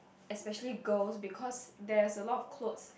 especially girls because there's a lot of clothes